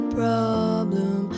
problem